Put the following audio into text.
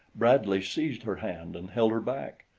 bradley seized her hand and held her back.